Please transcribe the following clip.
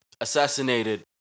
assassinated